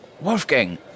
Wolfgang